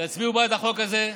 תצביעו בעד החוק הזה,